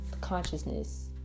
consciousness